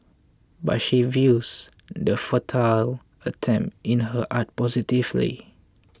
but she views the futile attempt in her art positively